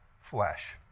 flesh